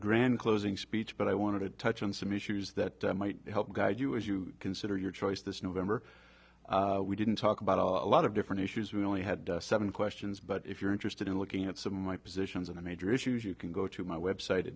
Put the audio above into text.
grand closing speech but i want to touch on some issues that might help guide you as you consider your choice this november we didn't talk about a lot of different issues we only had seven questions but if you're interested in looking at some of my positions on the major issues you can go to my web site